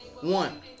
one